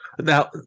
Now